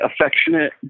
affectionate